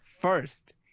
First